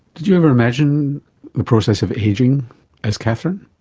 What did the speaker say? did you ever imagine the process of ageing as katherine?